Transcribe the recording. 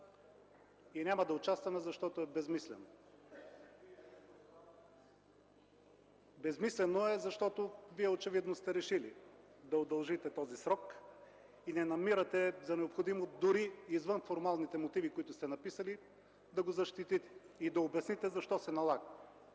Няма да участваме, защото е безсмислено. Безсмислено е, защото Вие очевидно сте решили да удължите този срок и не намирате за необходимо дори извън формалните мотиви, които сте написали, да го защитите и да обясните защо се налага.